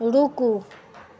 रूकु